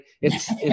it's-